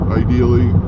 ideally